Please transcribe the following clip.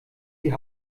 die